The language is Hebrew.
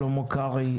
שלמה קרעי,